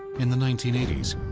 in the nineteen eighty s,